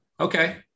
Okay